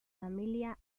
familia